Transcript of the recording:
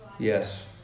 Yes